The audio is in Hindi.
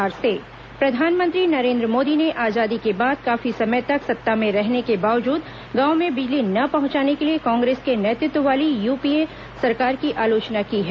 प्रधानमंत्री वीडियो कॉन्फ्रेंसिंग प्रधानमंत्री नरेन्द्र मोदी ने आजादी के बाद काफी समय तक सत्ता में रहने के बावजूद गांवों में बिजली न पहुंचाने के लिए कांग्रेस के नेतृत्व वाली यूपीए सरकार की आलोचना की है